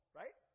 right